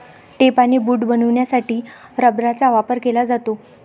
tape आणि boot बनवण्यासाठी रबराचा वापर केला जातो